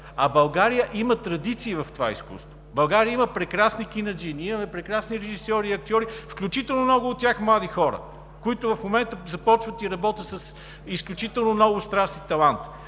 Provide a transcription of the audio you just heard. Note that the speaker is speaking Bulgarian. а България има традиции в това изкуство. България има прекрасни кинаджии, ние имаме прекрасни режисьори и актьори, включително много от тях млади хора, които в момента започват и работят с изключително много страст и талант.